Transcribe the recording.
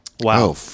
Wow